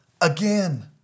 again